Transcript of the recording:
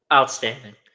Outstanding